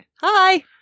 Hi